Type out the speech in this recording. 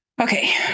Okay